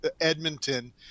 Edmonton